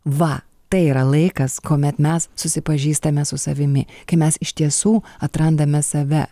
va tai yra laikas kuomet mes susipažįstame su savimi kai mes iš tiesų atrandame save